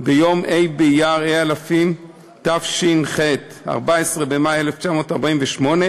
ביום ה' באייר התש"ח, 14 במאי 1948,